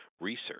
research